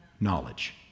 knowledge